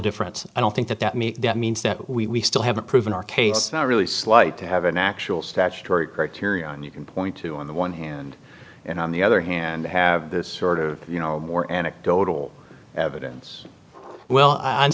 difference i don't think that that mean that means that we still haven't proven our case not really slight to have an actual statutory theory and you can point to on the one hand and on the other hand have this sort of you know more anecdotal evidence well on